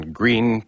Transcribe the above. green